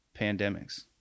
pandemics